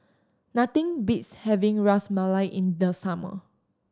nothing beats having Ras Malai in the summer